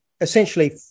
essentially